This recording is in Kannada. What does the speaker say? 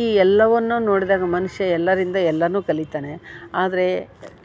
ಈ ಎಲ್ಲವನ್ನ ನೋಡಿದಾಗ ಮನುಷ್ಯ ಎಲ್ಲರಿಂದ ಎಲ್ಲನು ಕಲಿತಾನೆ ಆದರೆ